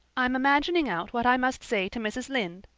i'm imagining out what i must say to mrs. lynde,